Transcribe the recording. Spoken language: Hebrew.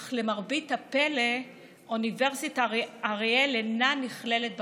אך למרבה הפלא אוניברסיטת אריאל אינה נכללת במיזם.